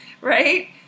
right